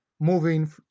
moving